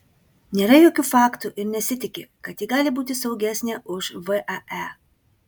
nėra jokių faktų ir nesitiki kad ji gali būti saugesnė už vae